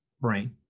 brain